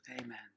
amen